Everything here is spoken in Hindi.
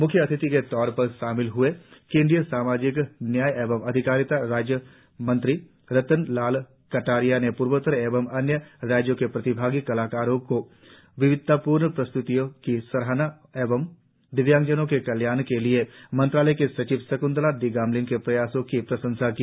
म्ख्य अतिथि के तौर पर शामिल हए केंद्रीय सामाजिक न्याय एवं अधिकारिता राज्य मंत्री रतन लाल कटारिया ने पूर्वोत्तर एवं अन्य राज्य के प्रतिभागी कलाकारों की विविधतापूर्ण प्रस्त्तियों को सराहा और दिव्यांगजनों के कल्याण के लिए मंत्रालय की सचिव शक्तला डीगामलिन के प्रयासो की प्रशंसा की